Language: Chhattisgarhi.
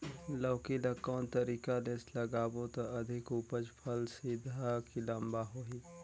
लौकी ल कौन तरीका ले लगाबो त अधिक उपज फल सीधा की लम्बा होही?